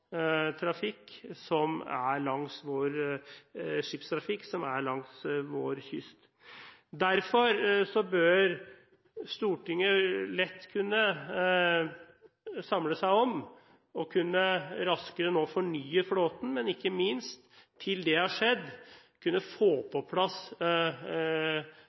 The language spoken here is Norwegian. skipstrafikk som er langs vår kyst. Derfor bør Stortinget lett kunne samle seg om raskere å fornye flåten, men, til det har skjedd, ikke minst om å få på plass